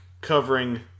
covering